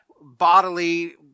bodily